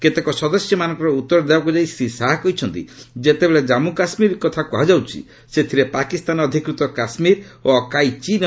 କେତେକ ସଦସ୍ୟମାନଙ୍କର ଉତ୍ତର ଦେବାକୁ ଯାଇ ଶ୍ରୀ ଶାହା କହିଛନ୍ତି ଯେତେବେଳେ ଜାମ୍ମୁ କାଶ୍ମୀର କୁହାଯାଉଛି ସେଥିରେ ପାକିସ୍ତାନ ଅଧିକୃତ କାଶ୍ମୀର ଓ ଅକ୍କାଇ ଚୀନ୍ ଅଞ୍ଚଳ ମଧ୍ୟ ରହିଛି